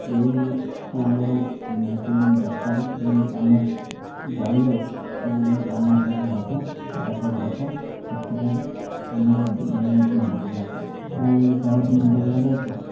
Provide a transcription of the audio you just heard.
ବ୍ୟାଙ୍କ୍କୁ ଆମର ନିହାତି ଦରକାର ଯେ ଆମ ଯାଉ ଯାଉ ଆମର ଯେମିତି କାମ ସବୁ ହେବ ଫଟାଫଟ୍ ହେବ ସେଥିପାଇଁ ଆମର ବ୍ୟାଙ୍କ୍ ନିହାତି ଦରକାରେ ଆଉ ବହୁତ ନମ୍ବର୍ ଲଗାଇ